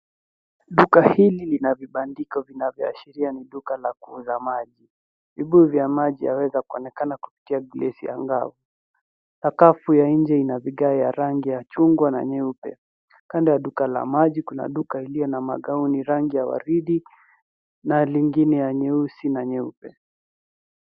Duka hili lina vibandiko vinavyoashiria ni duka la kuuza maji. Vibuyu vya maji yaweza kuonekana kupitia glesi ya ngao .Sakafu ya nje ina vigae ya rangi ya chungwa na nyeupe. Kando na duka la maji kuna duka iliyo magao, ni rangi ya waridi na lingine ya nyeusi na nyeupe.